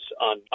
on